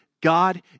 God